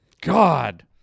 God